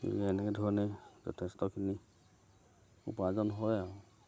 এনেধৰণে যথেষ্টখিনি উপাৰ্জন হয় আৰু